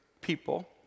people